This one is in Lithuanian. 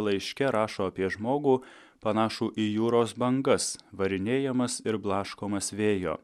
laiške rašo apie žmogų panašų į jūros bangas varinėjamas ir blaškomas vėjo